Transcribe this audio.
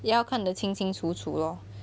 要看得清清楚楚